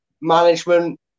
Management